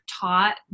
taught